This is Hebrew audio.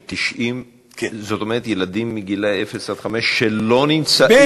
3,090. 3,090. זאת אומרת ילדים גילאי אפס עד חמש שלא נמצאים,